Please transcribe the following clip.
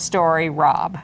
story rob